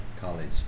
college